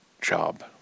job